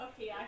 Okay